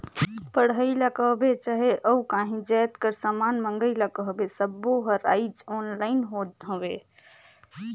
पढ़ई ल कहबे चहे अउ काहीं जाएत कर समान मंगई ल कहबे सब्बों हर आएज ऑनलाईन होत हवें